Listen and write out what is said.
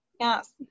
Yes